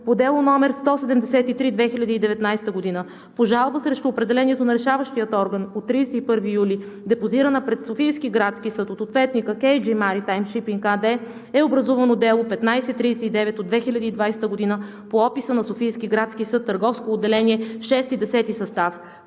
по дело № 173/2019 г. По жалба срещу определението на Решаващия орган от 31 юли, депозирана пред Софийския градски съд от ответника „Кей Джи Маритайм Шипинг“ АД, е образувано дело 15-39 от 2020 г. по описа на Софийския градски съд, Търговско отделение, VI – X състав.